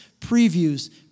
previews